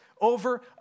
over